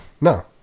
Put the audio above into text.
No